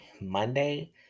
monday